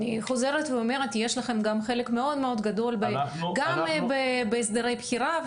אני חוזרת ואומרת שיש לכם גם חלק מאוד גדול גם בהסדרי בחירה,